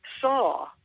saw